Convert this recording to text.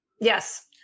Yes